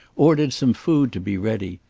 ordered some food to be ready,